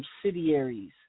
subsidiaries